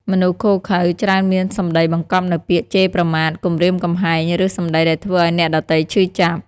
មនុស្សឃោរឃៅ ច្រើនមានសម្ដីបង្កប់នូវពាក្យជេរប្រមាថ គំរាមកំហែង ឬសម្ដីដែលធ្វើឱ្យអ្នកដទៃឈឺចាប់។